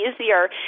easier